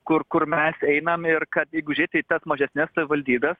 kur kur mes einam ir kad jeigu žiūrėt į tas mažesnes savivaldybes